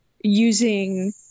using